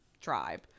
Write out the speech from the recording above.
tribe